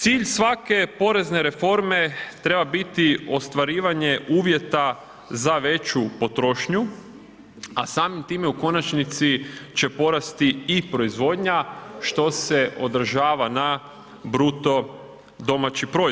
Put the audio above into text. Cilj svake porezne reforme treba biti ostvarivanje uvjeta za veću potrošnju, a samim time u konačnici će porasti i proizvodnja što se odražava na BDP.